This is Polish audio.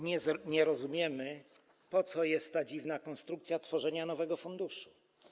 Nie rozumiemy, po co jest ta dziwna konstrukcja dotycząca tworzenia nowego funduszu.